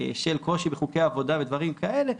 של קושי בחוקי עבודה ודברים כאלה,